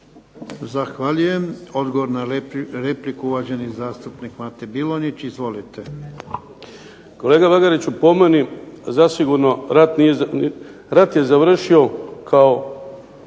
Zahvaljujem. Odgovor na repliku, uvaženi zastupnik Mate Bilonjić. Izvolite. **Bilonjić, Mato (HDZ)** Kolega Bagariću po meni zasigurno rat je završio kao